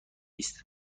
است